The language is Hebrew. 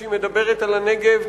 כשהיא מדברת על הנגב,